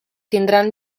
tindran